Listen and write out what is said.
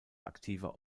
aktiver